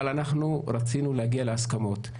אבל אנחנו רצינו להגיע להסכמות.